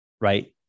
right